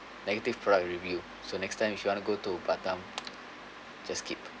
negative product review so next time if you wanna go to batam just skip